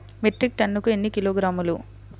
Metric టన్నుకు ఎన్ని కిలోగ్రాములు?